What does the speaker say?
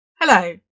Hello